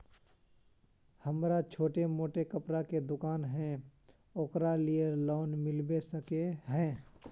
हमरा छोटो मोटा कपड़ा के दुकान है ओकरा लिए लोन मिलबे सके है?